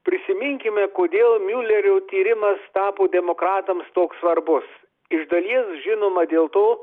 prisiminkime kodėl miulerio tyrimas tapo demokratams toks svarbus iš dalies žinoma dėl to